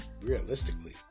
realistically